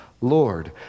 Lord